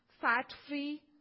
fat-free